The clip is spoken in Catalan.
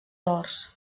dors